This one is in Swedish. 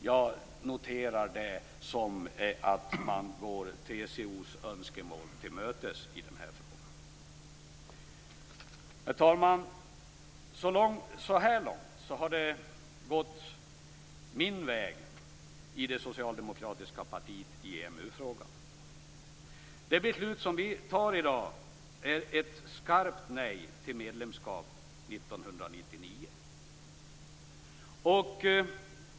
Jag noterar det som att man går TCO:s önskemål till mötes i den här frågan. Herr talman! Så här långt har det socialdemokratiska partiet gått min väg i EMU-frågan. Det beslut som vi fattar i dag är ett skarpt nej till medlemskap 1999.